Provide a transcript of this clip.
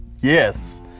Yes